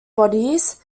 bodies